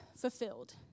fulfilled